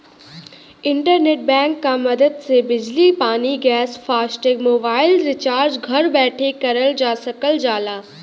internet bank क मदद से बिजली पानी गैस फास्टैग मोबाइल रिचार्ज घर बैठे करल जा सकल जाला